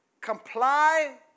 comply